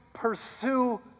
Pursue